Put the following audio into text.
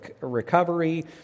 recovery